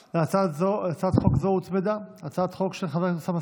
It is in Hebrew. הצעת חוק זו הוצמדה להצעת חוק של חבר הכנסת אוסאמה